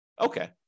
Okay